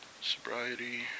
sobriety